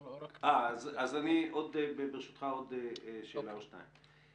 אז, ברשותך, עוד שאלה או שתיים.